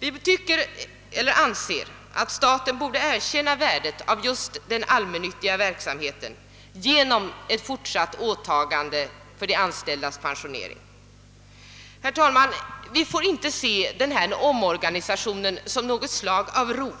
Vi anser, att staten borde erkänna värdet av just den allmännyttiga verksamheten genom ett fortsatt åtagande för de anställdas pensionering. Herr talman! Vi får inte se omorganisationen som något slag av rov.